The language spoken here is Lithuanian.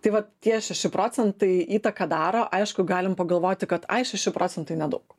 tai va tie šeši procentai įtaką daro aišku galim pagalvoti kad ai šeši procentai nedaug